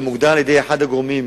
הם מוגדרים על-ידי אחד הגורמים,